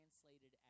translated